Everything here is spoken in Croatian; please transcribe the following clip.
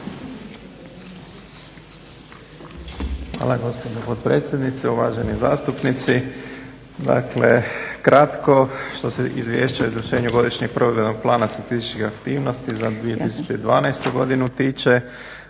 Hvala gospođo potpredsjednice, uvaženi zastupnici. Dakle kratko. Što se Izvješća o izvršenju godišnjeg provedbenog plana statističkih aktivnosti za 2012. godinu tiče